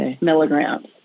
milligrams